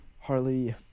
Harley